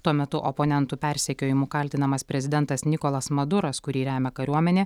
tuo metu oponentų persekiojimu kaltinamas prezidentas nikolas maduras kurį remia kariuomenė